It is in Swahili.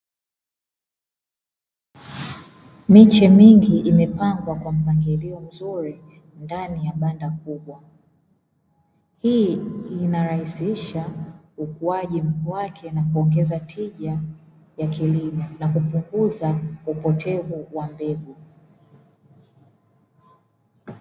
Miche mingi imepangwa kwa mpangilio mzuri ndani ya banda kubwa, hii inarahisisha ukuaji mkuu wake na kuongeza tija ya kilimo na kupunguza upotevu wa mbegu.